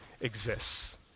exists